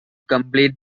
complete